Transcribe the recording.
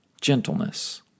gentleness